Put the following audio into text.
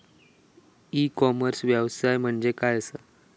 E commerce व्यवसाय म्हणजे काय असा?